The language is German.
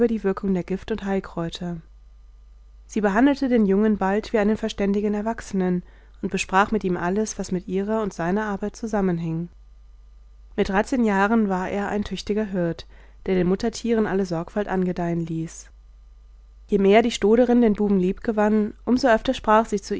die wirkung der gift und heilkräuter sie behandelte den jungen bald wie einen verständigen erwachsenen und besprach mit ihm alles was mit ihrer und seiner arbeit zusammenhing mit dreizehn jahren war er ein tüchtiger hirt der den muttertieren alle sorgfalt angedeihen ließ je mehr die stoderin den buben liebgewann um so öfter sprach sie zu